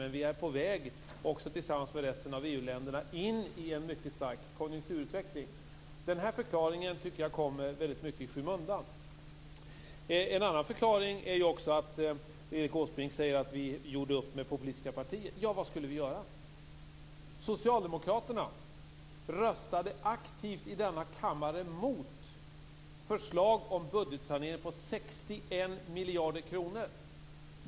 Men vi är på väg, tillsammans med resten av EU-länderna, in i en mycket stark konjunkturutveckling. Den här förklaringen tycker jag kommer väldigt mycket i skymundan. En annan förklaring är också att Erik Åsbrink säger att vi gjorde upp med populistiska partier. Ja, vad skulle vi göra? Socialdemokraterna röstade aktivt i denna kammare mot förslag om budgetsanering på 61 miljarder kronor.